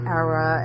era